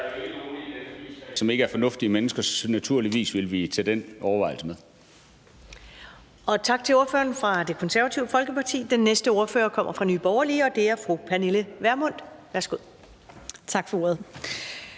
som ikke er fornuftige mennesker, så naturligvis vil vi tage den overvejelse med. Kl. 14:15 Første næstformand (Karen Ellemann): Tak til ordføreren for Det Konservative Folkeparti. Den næste ordfører kommer fra Nye Borgerlige, og det er fru Pernille Vermund. Værsgo. Kl.